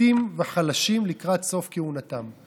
סחיטים וחלשים לקראת סוף כהונתם.